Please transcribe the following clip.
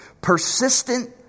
Persistent